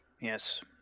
Yes